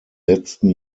letzten